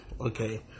okay